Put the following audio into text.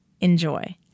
Enjoy